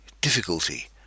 difficulty